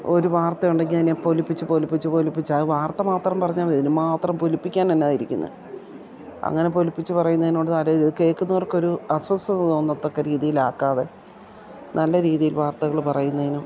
ഒരു വാർത്തയുണ്ടെങ്കിൽ അതിനെ പൊലിപ്പിച്ച് പൊലിപ്പിച്ച് പൊലിപ്പിച്ച് അത് വാർത്ത മാത്രം പറഞ്ഞാൽ മതിയല്ലോ ഇതിനും മാത്രം പൊലിപ്പിക്കാനെന്നായിരിക്കുന്നത് അങ്ങനെ പൊലിപ്പിച്ചു പറയുന്നതിനോട് അരോ കേൾക്കുന്നവർക്കൊരു അസ്വസ്ഥത തോന്നത്തക്ക രീതിയിലാക്കാതെ നല്ല രീതിയിൽ വാർത്തകൾ പറയുന്നതിനും